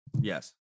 yes